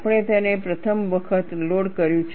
આપણે તેને પ્રથમ વખત લોડ કર્યું છે